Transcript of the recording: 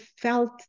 felt